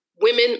women